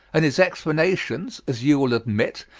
and his explanations, as you will admit,